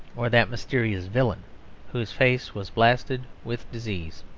or that mysterious villain whose face was blasted with disease.